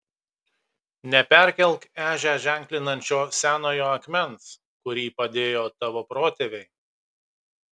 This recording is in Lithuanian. neperkelk ežią ženklinančio senojo akmens kurį padėjo tavo protėviai